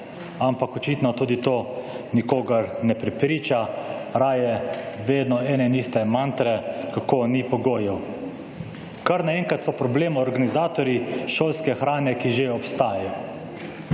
ampak očitno tudi to nikogar ne prepriča. Raje vedno ene in iste mantre, kako ni pogojev. Kar naenkrat so problem organizatorji šolske hrane, ki že obstajajo.